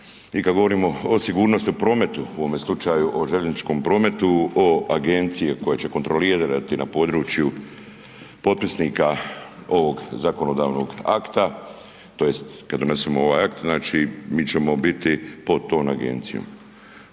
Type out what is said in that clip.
i kada govorimo o sigurnosti u prometu u ovome slučaju o željezničkom prometu o agencije koje će kontrolirati na području potpisnika ovog zakonodavnog akta tj. kad donesemo ovaj akt, mi ćemo biti pod tom agencijom.